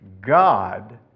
God